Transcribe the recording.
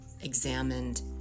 examined